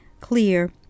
clear